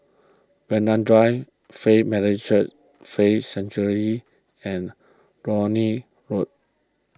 Vanda Drive Faith Methodist Church Faith Sanctuary and Lornie Road